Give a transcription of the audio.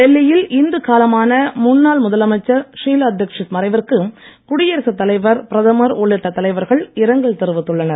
டெல்லியில் இன்று காலமான முன்னாள் முதலமைச்சர் ஷீலா தீட்சித் மறைவிற்கு குடியரசுத் தலைவர் பிரதமர் உள்ளிட்ட தலைவர்கள் இரங்கல் தெரிவித்துள்ளனர்